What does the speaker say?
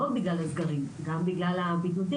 לא רק בגלל האתגרים אלא גם בגלל הבידודים.